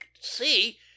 see